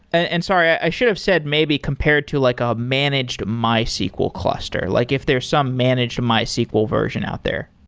ah and sorry. i should have said maybe compared to like a managed mysql cluster. like if there's some managed mysql version out there.